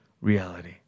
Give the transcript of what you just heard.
reality